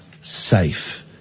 safe